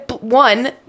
One